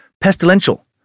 pestilential